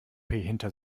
hinter